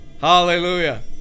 hallelujah